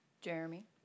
Jeremy